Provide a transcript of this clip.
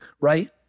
right